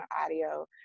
audio